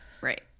right